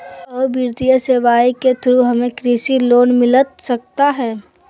आ वित्तीय सेवाएं के थ्रू हमें कृषि लोन मिलता सकता है?